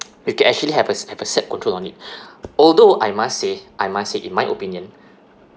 you can actually have a have a set control on it although I must say I must say in my opinion